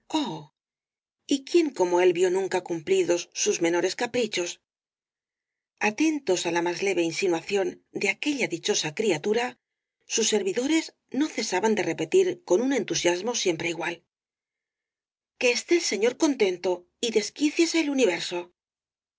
y quién como él vio nunca cumplidos sus menores caprichos atentos á la más leve insinuación de aquella dichosa criatura sus servidores no cesaban de repetir con un entusiasmo siempre igual que esté el señor contento y desquíciese el universo